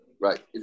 Right